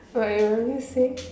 but you want me say